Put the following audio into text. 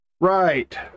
Right